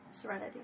Serenity